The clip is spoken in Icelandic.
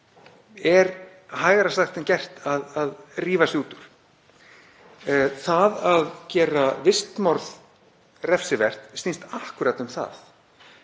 er hægara sagt en gert að rífa sig út úr. Það að gera vistmorð refsivert snýst akkúrat um það.